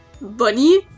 Bunny